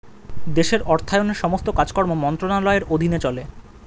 দেশের অর্থায়নের সমস্ত কাজকর্ম মন্ত্রণালয়ের অধীনে চলে